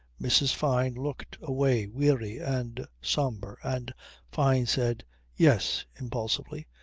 mrs. fyne looked away weary and sombre, and fyne said yes impulsively,